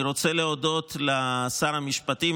אני רוצה להודות לשר המשפטים,